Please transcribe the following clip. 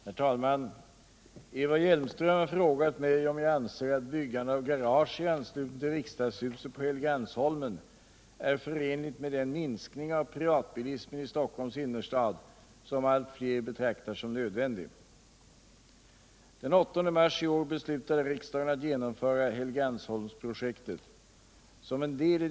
Herr talman! Eva Hjelmström har frågat mig om jag anser att byggande av garage i anslutning till riksdagshuset på Helgeandsholmen är förenligt med den minskning av privatbilismen i Stockholms innerstad som allt fler betraktar som nödvändig.